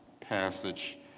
passage